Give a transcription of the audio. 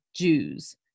Jews